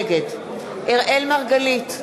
נגד אראל מרגלית,